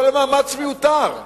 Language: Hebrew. כל המאמץ מיותר.